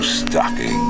stocking